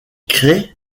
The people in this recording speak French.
crée